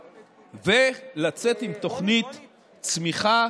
ולצאת עם תוכנית צמיחה